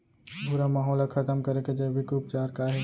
भूरा माहो ला खतम करे के जैविक उपचार का हे?